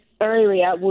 area